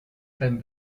beim